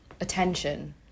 attention